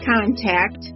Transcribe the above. contact